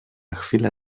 chwilę